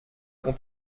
qu’on